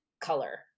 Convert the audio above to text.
color